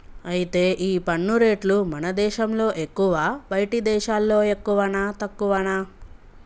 అయితే ఈ పన్ను రేట్లు మన దేశంలో ఎక్కువా బయటి దేశాల్లో ఎక్కువనా తక్కువనా